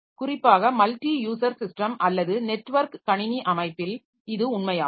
குறிப்பாகமல்டி user system அல்லது network கணினி அமைப்பில் இது உண்மை ஆகும்